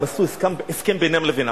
הם עשו הסכם בינם לבינם.